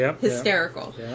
hysterical